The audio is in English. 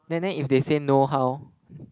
then that if they say know how